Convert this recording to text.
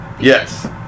Yes